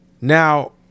Now